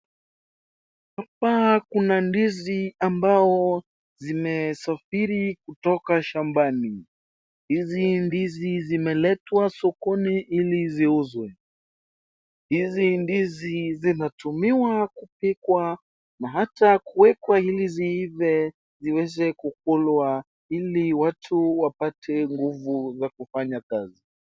Hapa kuna ndizi ambao zimesafiri kutoka shambani. Hizi ndizi zimeletwa sokoni ili ziuzwe. Hizi ndizi zinatumiwa kupikwa na hata kuwekwa ili ziive ziweze kukulwa ili watu wapate nguvu za kufanya kazi.